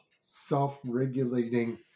self-regulating